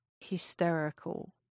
hysterical